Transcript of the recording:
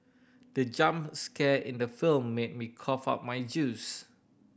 the jump scare in the film made me cough out my juice